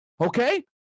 okay